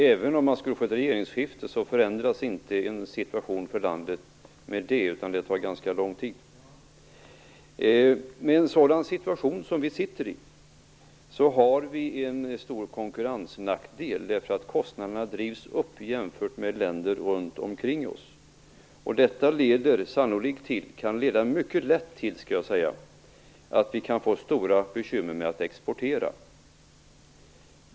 Även om man skulle få ett regeringsskifte förändras inte situationen för landet med detsamma, utan det tar ganska lång tid. Med en sådan situation som vi sitter i har vi en stor konkurrensnackdel därför att kostnaderna drivs upp jämfört med länderna runt omkring oss. Det kan mycket lätt leda till att vi får stora bekymmer med att exportera.